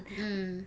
mm